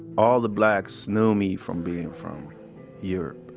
all the blacks knew me from being from europe.